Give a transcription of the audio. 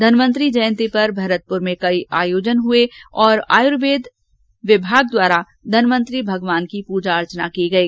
धनवन्तरी जयंती पर भरतपुर में कई आयोजन हुए और आयुर्वेद विमाग द्वारा धनवन्तरी भगवान की पूजा की गई